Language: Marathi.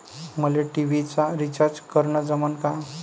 मले टी.व्ही चा रिचार्ज करन जमन का?